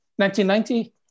1990